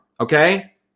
Okay